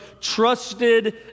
trusted